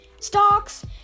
stocks